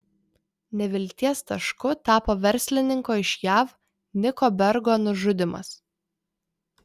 nevilties tašku tapo verslininko iš jav nicko bergo nužudymas